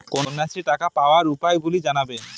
কন্যাশ্রীর টাকা পাওয়ার উপায়গুলি জানাবেন?